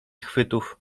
chwytów